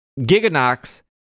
giganox